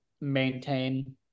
maintain